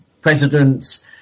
presidents